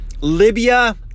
Libya